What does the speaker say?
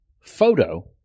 photo